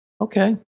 Okay